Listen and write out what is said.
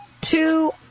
two